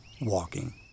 WALKING